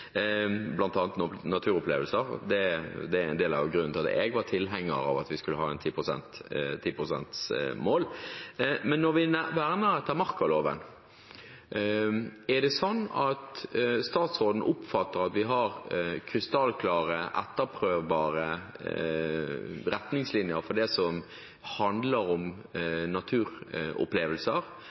naturopplevelser. Det er en del av grunnen til at jeg var tilhenger av at vi skulle ha et 10 pst.-mål. Men når vi verner etter markaloven, er det sånn at statsråden oppfatter at vi har krystallklare, etterprøvbare retningslinjer for det som handler om naturopplevelser,